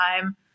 time